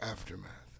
Aftermath